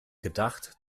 gedacht